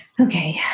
okay